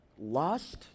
lust